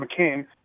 McCain